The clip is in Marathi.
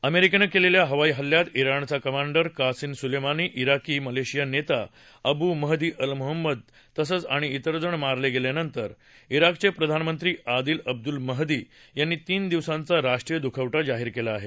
अमेरिकेनं केलेल्या हवाई हल्ल्यात इराणचा commander Qasem Soleimani Iraqi militia नेता अबू महदी अल मुहंदस तसेच आणि इतर जण मारले गेल्यानंतर इराकचे प्रधानमंत्री आदिल अब्दुल महदी यांनी तीन दिवसांचा राष्ट्रीय दुखवटा जाहीर केला आहे